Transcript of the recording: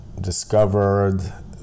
Discovered